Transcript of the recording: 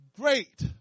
great